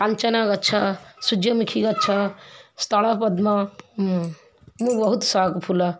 କାଞ୍ଚନ ଗଛ ସୂର୍ଯ୍ୟମୁଖୀ ଗଛ ସ୍ଥଳ ପଦ୍ମ ମୁଁ ବହୁତ ସଉକ୍ ଫୁଲ